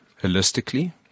holistically